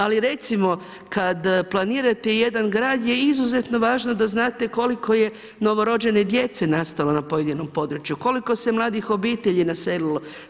Ali recimo kad planirate jedan grad je izuzetno važno da znate koliko je novorođene djece nastalo na pojedinom području, koliko se mladih obitelji naselilo.